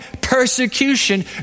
persecution